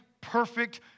perfect